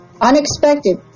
unexpected